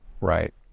Right